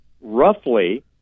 roughly